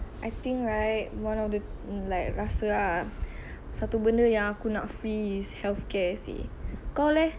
I think right one of the like rasa ah satu benda yang aku nak free is healthcare kau leh